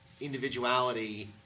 individuality